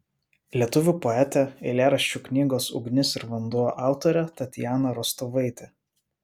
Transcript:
lietuvių poetė eilėraščių knygos ugnis ir vanduo autorė tatjana rostovaitė